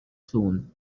tone